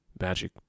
Magic